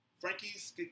Frankie's